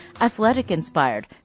Athletic-inspired